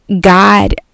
God